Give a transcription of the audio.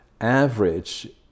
average